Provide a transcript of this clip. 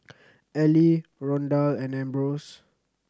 Ely Rondal and Ambrose